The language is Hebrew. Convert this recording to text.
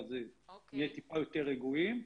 ואז נהיה טיפה יותר רגועים.